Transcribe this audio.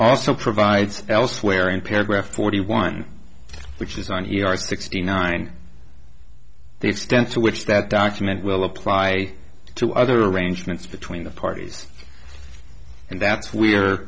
also provides elsewhere in paragraph forty one which is on here at sixty nine the extent to which that document will apply to other arrangements between the parties and that's w